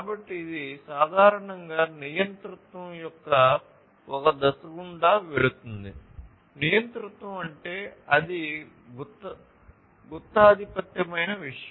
కాబట్టి ఇది సాధారణంగా నియంతృత్వం యొక్క ఒక దశ గుండా వెళుతుంది నియంతృత్వం అంటే అది గుత్తాధిపత్యమైన విషయం